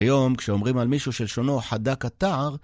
היום, כשאומרים על מישהו שלשונו חדה כתער,